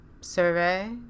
survey